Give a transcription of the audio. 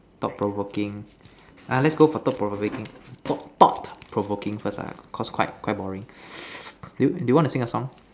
thought provoking ah let's go for thought provoking thought thought provoking first ah because quite quite boring do do you want to sing a song